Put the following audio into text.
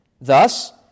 Thus